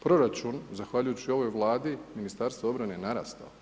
Proračun zahvaljujući ovoj Vladi Ministarstva obrane je narastao.